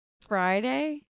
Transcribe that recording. Friday